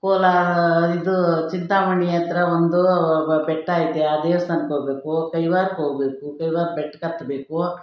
ಕೋಲಾರ ಇದು ಚಿಂತಾಮಣಿ ಹತ್ರ ಒಂದು ಬೆಟ್ಟ ಐತೆ ಆ ದೇವ್ಸ್ಥಾನಕ್ಕೆ ಹೋಗ್ಬೇಕು ಕೈವಾರಕ್ಕೆ ಹೋಗ್ಬೇಕು ಕೈವಾರದ ಬೆಟ್ಟಕ್ ಹತ್ತಬೇಕು